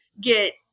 get